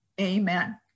Amen